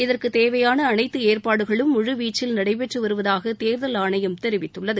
இதற்கு தேவையான அனைத்து ஏற்பாடுகளும் முழுவீச்சில் நடைபெற்று வருவதாக தேர்தல் ஆணையம் தெரிவித்துள்ளது